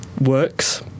works